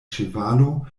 ĉevalo